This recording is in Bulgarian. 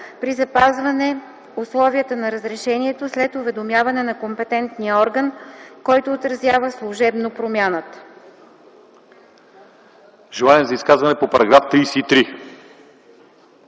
при запазване условията на разрешението след уведомяване на компетентния орган, който отразява служебно промяната”.”